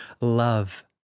love